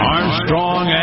Armstrong